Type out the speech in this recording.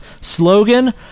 Slogan